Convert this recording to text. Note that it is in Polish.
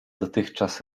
dotychczas